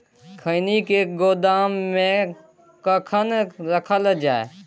खैनी के गोदाम में कखन रखल जाय?